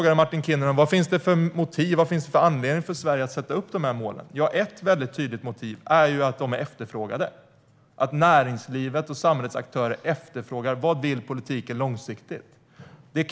Martin Kinnunen frågar vad det finns för motiv för Sverige att sätta upp de här målen. Ett tydligt motiv är att de är efterfrågade, att näringslivet och samhällets aktörer frågar vad politiken vill långsiktigt.